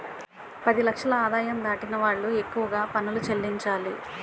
పది లక్షల ఆదాయం దాటిన వాళ్లు ఎక్కువగా పనులు చెల్లించాలి